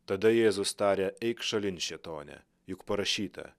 tada jėzus tarė eik šalin šėtone juk parašyta